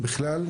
בכלל,